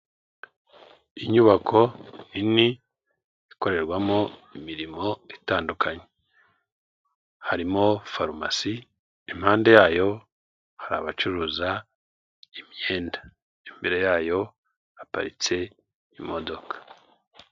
Inyubako nini ikorerwamo imirimo itandukanye, harimo farumasi impande yayo hari abacuruza imyenda, imbere yayo haparitse imodoka.